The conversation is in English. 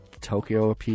Tokyo